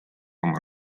oma